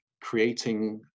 creating